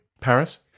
Paris